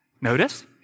Notice